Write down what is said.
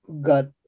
got